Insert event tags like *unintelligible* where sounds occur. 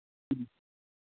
*unintelligible*